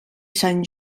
sant